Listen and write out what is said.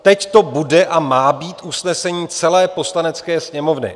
Teď to bude a má být usnesení celé Poslanecké sněmovny.